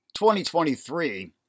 2023